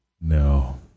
No